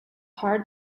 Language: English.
hard